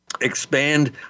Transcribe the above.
expand